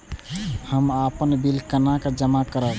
हम अपन बिल केना जमा करब?